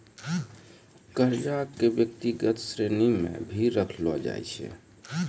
कर्जा क व्यक्तिगत श्रेणी म भी रखलो जाय छै